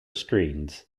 screened